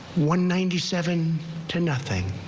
one ninety seven to nothing.